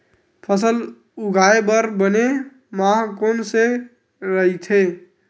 फसल उगाये बर बने माह कोन से राइथे?